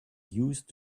used